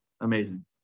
Amazing